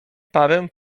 parę